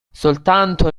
soltanto